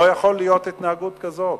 לא יכולה להיות התנהגות כזו.